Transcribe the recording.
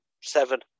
seven